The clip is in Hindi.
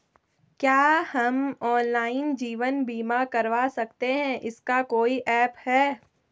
क्या हम ऑनलाइन जीवन बीमा करवा सकते हैं इसका कोई ऐप है?